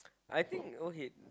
I think okay